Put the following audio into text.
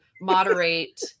moderate